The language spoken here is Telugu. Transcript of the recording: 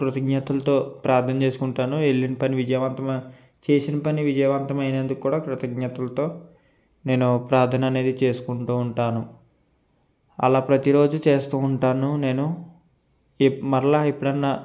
కృతజ్ఞతలతో ప్రార్థన చేసుకుంటాను వెళ్ళిన పని విజయవంతం చేసిన పని విజయవంతం అయినందుకు కూడా కృతజ్ఞతలతో నేను ప్రార్థన అనేది చేసుకుంటు ఉంటాను అలా ప్రతిరోజు చేస్తు ఉంటాను నేను ఎ మరల ఎప్పుడన్నా